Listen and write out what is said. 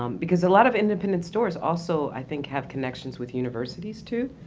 um because a lot of independent stores also i think have connections with universities, too.